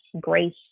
grace